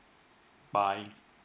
bye